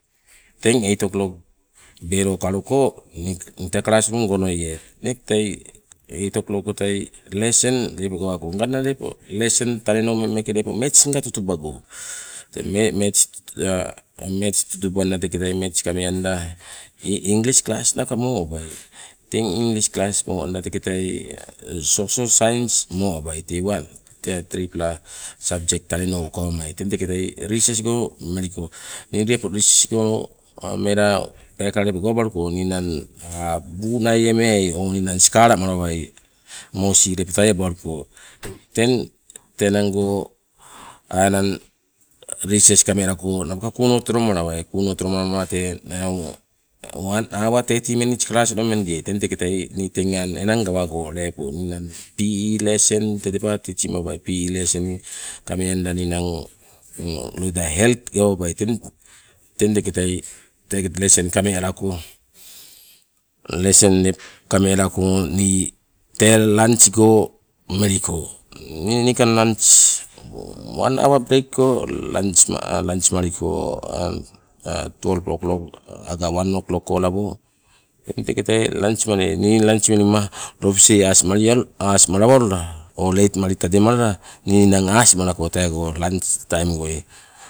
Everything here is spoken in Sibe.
Teng eight o klok bello kaloko nii tee classroom go onoie teng teketai eight o klock go tai nganna lesen lepo gawako, nganna lepo lesen taneno ummeng meeke lepo maths singa tutubago. Teng maths maths tutubanda teketai maths kame anda english class mo abai, teng english class moanda teketai social science mo abai, teiwang tee tripla subject taneno ukawamai, teng teketai riises go meliko. Ni lepo riises go mela pekala lepo gawabaluko ninang buu naie meai o ninang sikala malawai moosi lepo taiabaluko teng te enango enang riises kame alako napoka kuuno tolomalawai kuuno tolo malala tee enang wan awa teti minits klas onomendiai, teng teketai teng aang enang gawago lepo ninang pe lesen tee teba teaching babai, pe lesen kameanda ninang loida health gawabai teng teketai tee teu lesson kame alako nii tee lunch go meliko. Nii niikang lans wan awa teigo lans maliko twelve go aga wan o klock ko labo, teng teketai lans maliai. Ni lans ie mema lobisei asimali aasmalawalula o late mali tademalala, ninang aas malako tegoi lans taim goi.